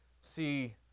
see